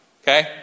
Okay